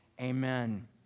Amen